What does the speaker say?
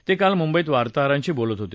ते काल मुंबईत वार्ताहरांशी बोलत होते